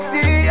See